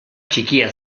txikia